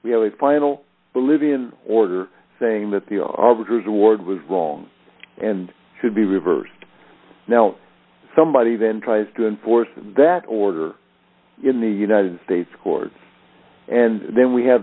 a final bolivian order saying that the arbiters award was wrong and should be reversed now somebody then tries to enforce that order in the united states court and then we have